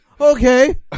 Okay